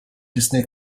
disney